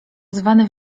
tzw